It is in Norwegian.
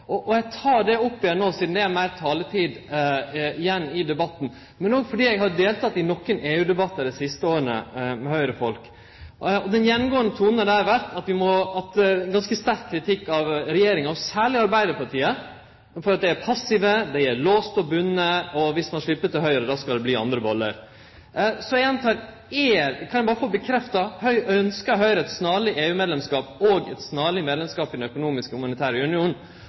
Eg tek det opp igjen no, sidan eg har meir taletid igjen. Eg gjer det òg fordi eg har delteke i nokre EU-debattar dei siste åra med Høgrefolk. Den gjennomgåande tonen har vore ganske sterk kritikk av Regjeringa, særleg Arbeidarpartiet, for at dei er passive, låste og bundne, og om ein slepp til Høgre, skal det bli andre bollar. Så eg vil gjerne få stadfesta: Ønskjer Høgre snarleg EU-medlemskap og snarleg medlemskap i den økonomiske